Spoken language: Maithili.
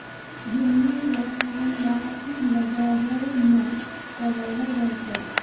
भूमि रो काम गाछ लागाबै मे करलो जाय छै